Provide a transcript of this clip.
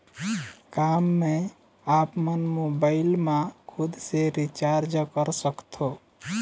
का मैं आपमन मोबाइल मा खुद से रिचार्ज कर सकथों?